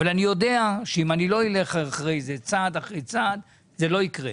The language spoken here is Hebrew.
אבל אני יודע שאם אני לא אלך אחרי זה צעד אחרי צעד זה לא יקרה.